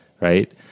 right